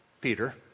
Peter